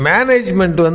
Management